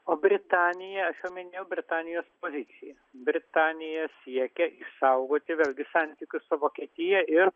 o britanija minėjau britanijos poziciją britanija siekia išsaugoti vėlgi santykius su vokietija ir